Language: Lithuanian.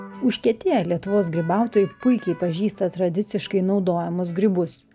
užkietėję lietuvos grybautojai puikiai pažįsta tradiciškai naudojamus grybus